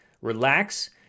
relax